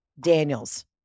Daniels